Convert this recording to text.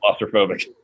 claustrophobic